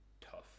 tough